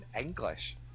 English